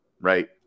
Right